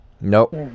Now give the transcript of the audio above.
Nope